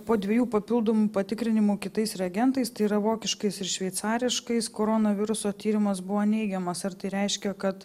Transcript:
po dviejų papildomų patikrinimų kitais reagentais tai yra vokiškais ir šveicariškais koronaviruso tyrimas buvo neigiamas ar tai reiškia kad